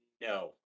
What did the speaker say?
no